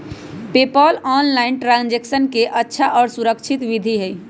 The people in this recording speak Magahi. पेपॉल ऑनलाइन ट्रांजैक्शन के अच्छा और सुरक्षित विधि हई